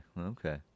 Okay